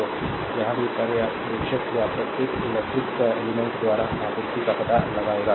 तो यहाँ भी पर्यवेक्षक या प्रत्येक इलेक्ट्रिक एलिमेंट्स द्वारा आपूर्ति का पता लगाएगा